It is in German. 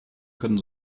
können